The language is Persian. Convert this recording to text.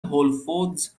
هولفودز